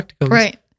Right